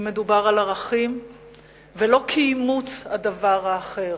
אם מדובר על ערכים ולא כאימוץ הדבר האחר,